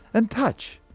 and touch.